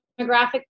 demographic